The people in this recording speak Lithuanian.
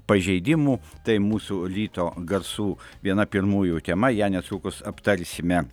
pažeidimų tai mūsų ryto garsų viena pirmųjų tema ją netrukus aptarsime